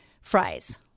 fries